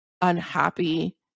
unhappy